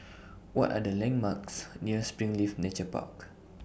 What Are The landmarks near Springleaf Nature Park